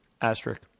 Asterisk